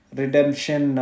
redemption